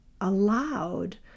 allowed